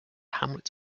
hamlet